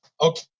Okay